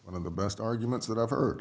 one of the best arguments that i've heard